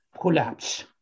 collapse